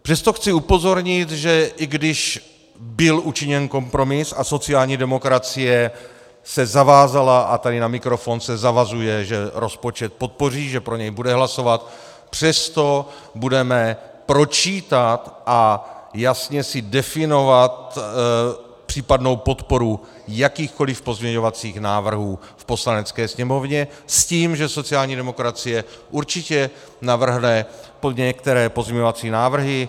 Přesto chci upozornit, že i když byl učiněn kompromis a sociální demokracie se zavázala a tady na mikrofon se zavazuje, že rozpočet podpoří, že pro něj bude hlasovat, přesto budeme pročítat a jasně si definovat případnou podporu jakýchkoliv pozměňovacích návrhů v Poslanecké sněmovně s tím, že sociální demokracie určitě navrhne některé pozměňovací návrhy.